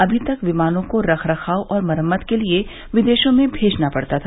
अभी तक विमानों को रख रखाव और मरम्मत के लिए विदेशों में भेजना पड़ता था